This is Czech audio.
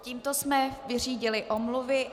Tímto jsme vyřídili omluvy.